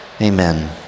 Amen